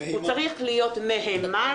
הוא צריך להיות מהימן,